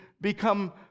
become